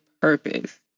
purpose